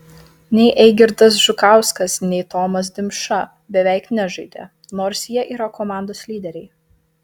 nei eigirdas žukauskas nei tomas dimša beveik nežaidė nors jie yra komandos lyderiai